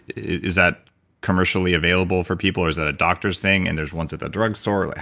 is that commercially available for people? is that a doctor's thing and there's one at the drug store? like